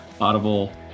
Audible